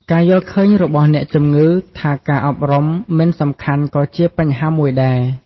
ការយល់ឃើញរបស់អ្នកជំងឺថាការអប់រំមិនសំខាន់ក៏ជាបញ្ហាមួយដែរ។